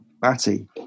Batty